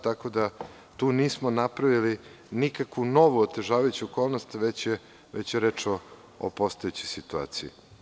Tu nismo napravili nikakvu novu otežavajuću okolnost, već je reč o postojećoj situaciji.